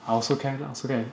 I also can I also can